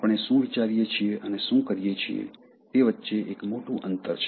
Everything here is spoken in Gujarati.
આપણે શું વિચારીએ છીએ અને શું કરીએ છીએ તે વચ્ચે એક મોટું અંતર છે